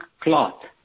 cloth